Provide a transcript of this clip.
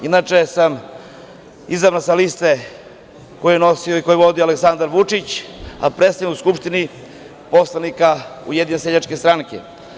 Inače, izabran sam sa liste koju je nosio i koju je vodio Aleksandar Vučić, a predstavljam u Skupštini poslanika Ujedinjene seljačke stranke.